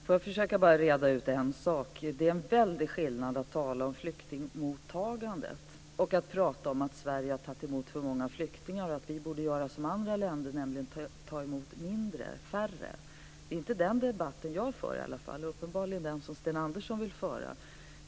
Fru talman! Låt mig reda ut en sak. Det är en väldig skillnad att tala om flyktingmottagandet och att prata om att Sverige har tagit emot för många flyktingar och att vi borde göra som andra länder, nämligen ta emot färre. Det är inte den debatten jag för, men det är uppenbarligen den som Sten Andersson vill föra.